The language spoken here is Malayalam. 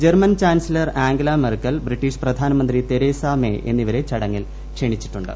German chancellor Angela Merkel British പ്രധാനമന്ത്രി തെരേസ മേ എന്നിവരെ ചടങ്ങിൽ ക്ഷണിച്ചിട്ടുണ്ട്